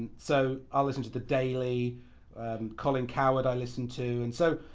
so, i listen to the daily colin cowherd i listen to and so,